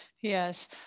Yes